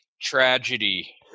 tragedy